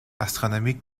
astronomique